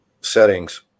settings